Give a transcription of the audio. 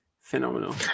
phenomenal